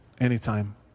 Anytime